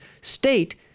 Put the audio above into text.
state